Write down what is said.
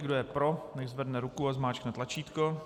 Kdo je pro, nechť zvedne ruku a zmáčkne tlačítko.